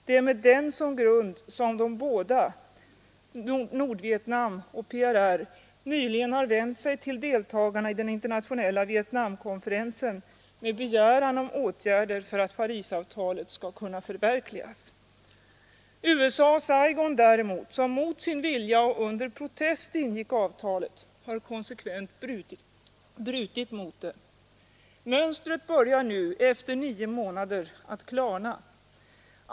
Det är med den inställningen som grund som de båda — Nordvietnam och PRR — nyligen har vänt sig till deltagarna i den internationella Vietnamkonferensen med begäran om åtgärder för att Parisavtalet skall kunna förverkligas. USA och Saigon däremot, som mot sin vilja och under protest ingick avtalet, har konsekvent brutit mot det. Mönstret börjar nu efter nio månader att klarna.